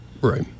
Right